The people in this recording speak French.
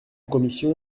commission